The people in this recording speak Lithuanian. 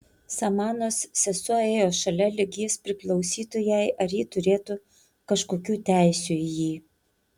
samanos sesuo ėjo šalia lyg jis priklausytų jai ar ji turėtų kažkokių teisių į jį